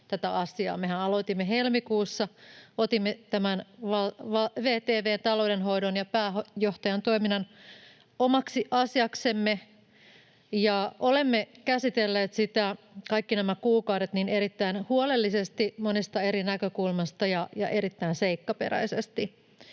tätä asiaa. Mehän aloitimme helmikuussa, otimme tämän VTV:n taloudenhoidon ja pääjohtajan toiminnan omaksi asiaksemme ja olemme käsitelleet sitä kaikki nämä kuukaudet erittäin huolellisesti monesta eri näkökulmasta ja erittäin seikkaperäisesti.